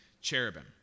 Cherubim